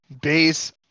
base